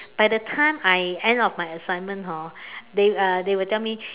by the time I end off my assignment hor they uh they will tell me